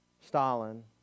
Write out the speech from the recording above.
Stalin